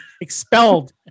expelled